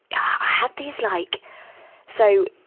i had these, like so,